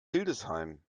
hildesheim